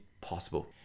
possible